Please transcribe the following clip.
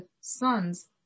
sons